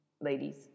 ladies